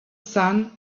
sun